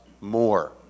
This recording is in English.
more